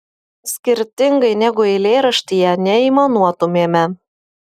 skirtingai negu eilėraštyje neaimanuotumėme